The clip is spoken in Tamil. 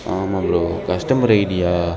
ஆமாம் ப்ரோ கஸ்டமர் ஐடியா